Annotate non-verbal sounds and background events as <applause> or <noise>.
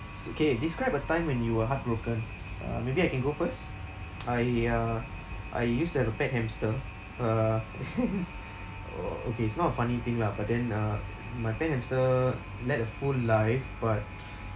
s~ K describe a time when you were heartbroken uh maybe I can go first I uh I used to have a pet hamster uh <laughs> o~ okay it's not a funny thing lah but then uh my pet hamster led a full life but